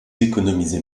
économisez